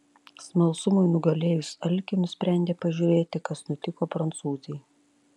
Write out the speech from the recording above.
smalsumui nugalėjus alkį nusprendė pažiūrėti kas nutiko prancūzei